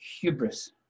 hubris